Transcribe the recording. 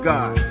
God